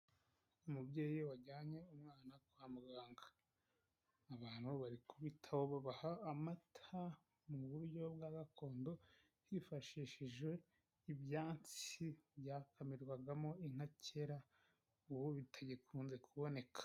Umubyeyi wajyanye umwana kwa muganga, abantu bari kubitaho babaha amata mu buryo bwa gakondo, hifashishijwe ibyansi byakamirwagamo inka kera, ubu bitagikunze kuboneka.